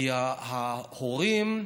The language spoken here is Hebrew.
כי ההורים,